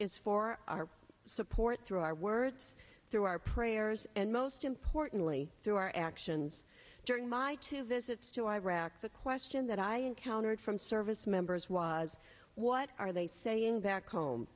is for our support through our words through our prayers and most importantly through our actions during my two visits to iraq the question that i encountered from service members was what are they saying that home